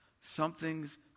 Something's